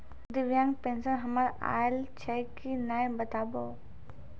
दिव्यांग पेंशन हमर आयल छै कि नैय बताबू?